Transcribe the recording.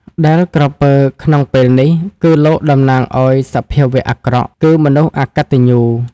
ដែលក្រពើ ក្នុងពេលនេះ គឺលោកតំណាងឲ្យសភាវៈអាក្រក់ គឺមនុស្សអកត្តញ្ញូ ។